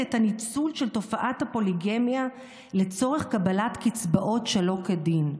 הניצול של תופעת הפוליגמיה לצורך קבלת קצבאות שלא כדין".